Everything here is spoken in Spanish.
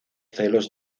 celos